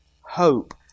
hope